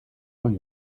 and